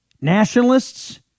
nationalists